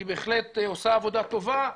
היא בהחלט עושה עבודה טובה.